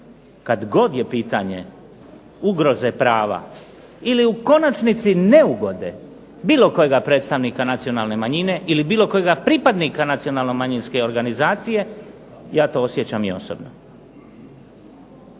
Kad god je pitanje ugroze prava ili u konačnici neugode bilo kojega predstavnika nacionalne manjine ili bilo kojega pripadnika nacionalno-manjinske organizacije ja to osjećam i osobno.